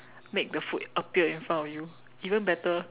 make the food appear in front of you even better